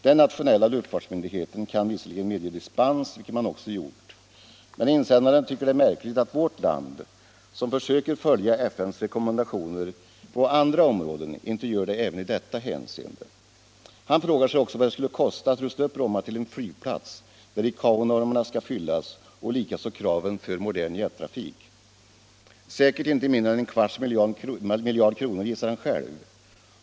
Den nationella luftfartsmyndigheten kan visserligen medge dispens, vilket den också gjort. Men insändaren tycker att det är märkligt att vårt land som försöker följa FN:s rekommendationer på andra områden inte gör det även i detta hänseende. Han frågar sig också vad det skulle kosta att rusta upp Bromma till en flygplats där ICAO-normerna skall fyllas och likaså kraven för modern jettrafik. Säkert inte mindre än en kvarts miljard kronor, gissar han själv.